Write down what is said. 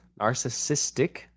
narcissistic